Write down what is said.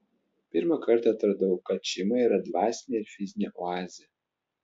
pirmą kartą atradau kad šeima yra dvasinė ir fizinė oazė